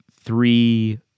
three